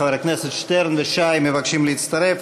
חברי הכנסת שטרן ושי מבקשים להצטרף.